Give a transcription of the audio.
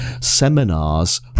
seminars